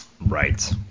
Right